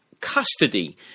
custody